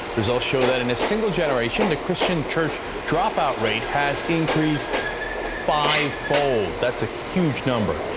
results show that in a single generation the christian church drop-rate has increased five-fold. that's a huge number.